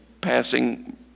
passing